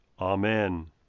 Amen